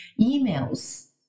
emails